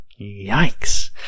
Yikes